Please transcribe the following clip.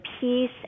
peace